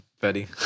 Betty